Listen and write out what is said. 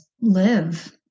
live